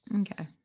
Okay